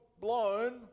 blown